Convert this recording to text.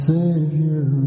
Savior